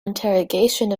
interrogation